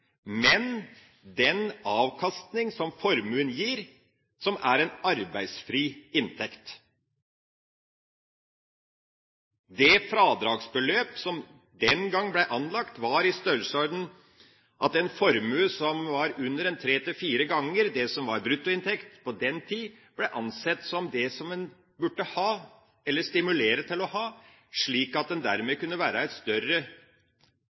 men den avkastning som formuen gir, som er en arbeidsfri inntekt. Det fradragsbeløp som den gang ble anlagt, var i den størrelsesordenen at en formue som var under tre–fire ganger det som var bruttoinntekt på den tida, ble ansett som det som en burde ha – eller stimulere til å ha – slik at en dermed kunne være en større